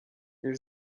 there